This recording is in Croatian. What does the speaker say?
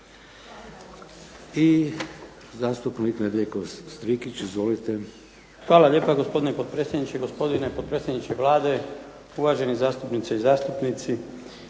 **Strikić, Nedjeljko (HDZ)** Hvala lijepo gospodine potpredsjedniče, gospodine potpredsjedniče Vlade, uvažene zastupnice i zastupnici.